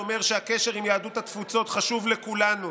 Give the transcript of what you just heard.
אומר שהקשר עם יהדות התפוצות חשוב לכולנו,